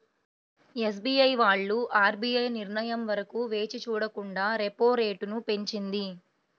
SBI వాళ్ళు RBI నిర్ణయం వరకు వేచి చూడకుండా రెపో రేటును పెంచింది